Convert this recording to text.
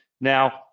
Now